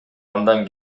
андан